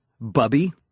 Bubby